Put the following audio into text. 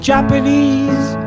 Japanese